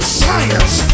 science